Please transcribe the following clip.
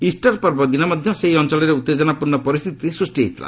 Easter ପର୍ବ ଦିନ ମଧ୍ୟ ସେହି ଅଞ୍ଚଳରେ ଉତ୍ତେଜନାପୂର୍ଣ୍ଣ ପରିସ୍ଥିତି ସୃଷ୍ଟି ହୋଇଥିଲା